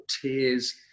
tears